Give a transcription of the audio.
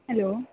hello